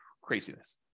Craziness